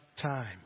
time